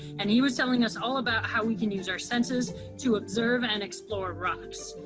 and he was telling us all about how we can use our senses to observe and and explore rocks.